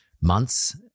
months